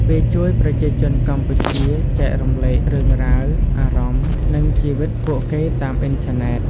វាជួយប្រជាជនកម្ពុជាចែករំលែករឿងរ៉ាវ អារម្មណ៍ និងជីវិតពួកគេតាមអ៊ីនធឺណិត។